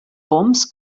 poms